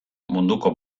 munduko